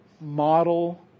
model